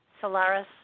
Solaris